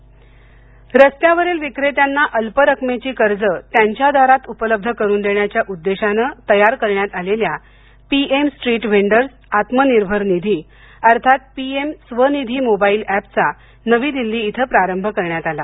Svanidhi app रस्त्यावरील विक्रेत्यांना अल्प रकमेची कर्जं त्यांच्या दारात उपलब्ध करून देण्याच्या उद्देशानं तयार करण्यात आलेल्या PM street vendors Atmanirbhar Nidhi अर्थात पीएम स्वनिधी मोबाईल अॅपचा नवी दिल्ली इथं प्रारंभ करण्यात आला